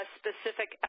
specific